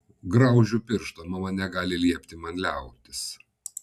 graužiu pirštą mama negali liepti man liautis